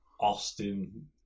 Austin